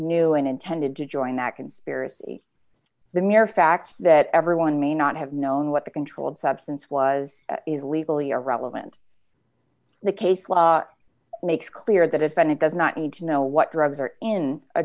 knew and intended to join that conspiracy the mere fact that everyone may not have known what the controlled substance was is legally irrelevant the case law makes clear that it then it does not need to know what drugs are in a